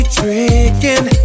tricking